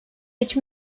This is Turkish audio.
için